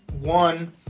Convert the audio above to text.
One